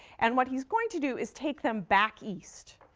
and what he's going to do is take them back east.